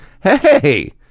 Hey